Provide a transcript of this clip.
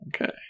Okay